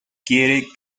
quiere